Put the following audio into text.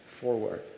forward